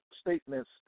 statements